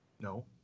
No